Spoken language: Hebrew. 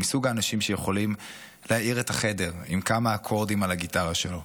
הוא מסוג האנשים שיכולים להאיר את החדר עם כמה אקורדים על הגיטרה שלו.